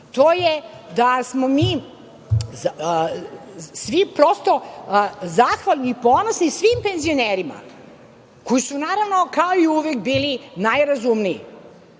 to je da smo mi svi prosto zahvalni i ponosni svim penzionerima koji su, naravno, kao i uvek bili najrazumniji.